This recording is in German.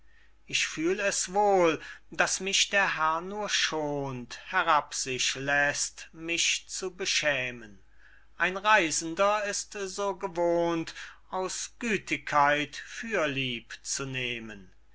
ich fühl es wohl daß mich der herr nur schont herab sich läßt mich zu beschämen ein reisender ist so gewohnt aus gütigkeit fürlieb zu nehmen